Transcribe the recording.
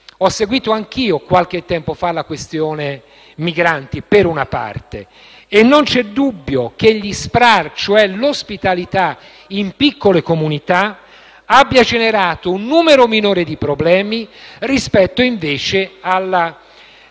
Ho seguito anch'io, qualche tempo fa, la questione migranti, per una parte. Non c'è dubbio che gli SPRAR, cioè l'ospitalità in piccole comunità, abbiano generato un numero minore di problemi rispetto, invece, alla